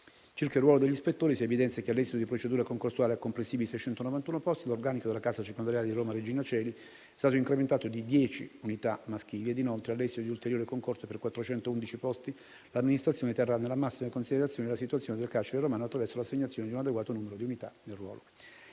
Circa il ruolo degli ispettori, si evidenzia che, all'esito di procedura concorsuale per complessivi 691 posti, l'organico della casa circondariale di Roma Regina Coeli è stato incremento di dieci unità maschili e che inoltre, all'esito di ulteriore concorso per 411 posti, l'amministrazione terrà nella massima considerazione la situazione del carcere romano, attraverso l'assegnazione di un adeguato numero di unità per quel